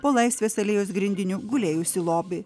po laisvės alėjos grindiniu gulėjusį lobį